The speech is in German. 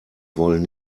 wollen